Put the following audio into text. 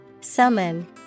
Summon